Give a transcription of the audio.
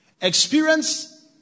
Experience